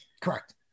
Correct